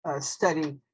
study